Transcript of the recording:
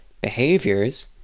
behaviors